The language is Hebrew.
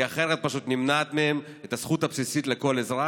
כי אחרת פשוט נמנעת מהם הזכות הבסיסית של כל אזרח,